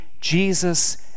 Jesus